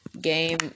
game